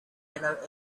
yellow